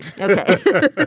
Okay